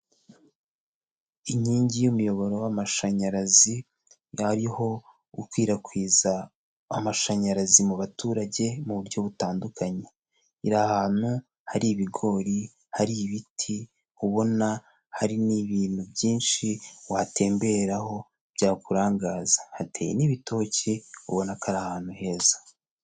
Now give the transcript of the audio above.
Inkingi y'umuyoboro w'amashanyarazi hariho gukwirakwiza amashanyarazi mu baturage mu buryo butandukanye, iri ahantu hari ibigori, hari ibiti, ubona hari n'ibintu byinshi watemberaho byakurangaza. Hateye n'ibitoki ubona ko ari ahantu heza.